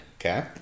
Okay